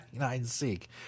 hide-and-seek